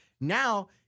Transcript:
Now